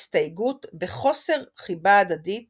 הסתייגות וחוסר חיבה הדדית